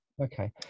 okay